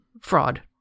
fraud